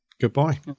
Goodbye